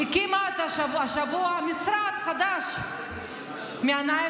הקימה השבוע משרד חדש מהניילונים,